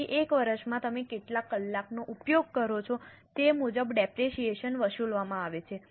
તેથી એક વર્ષમાં તમે કેટલા કલાકનો ઉપયોગ કરો છો તે મુજબ ડેપરેશીયેશન વસૂલવામાં આવે છે